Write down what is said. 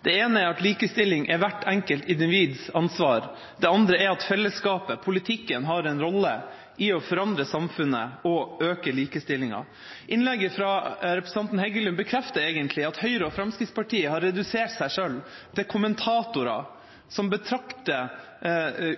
Det ene er at likestilling er hvert enkelt individs ansvar, og det andre er at fellesskapet, politikken, har en rolle i å forandre samfunnet og øke likestillinga. Innlegget fra representanten Heggelund bekrefter egentlig at Høyre og Fremskrittspartiet har redusert seg selv til kommentatorer som betrakter